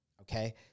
Okay